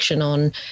on